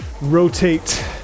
rotate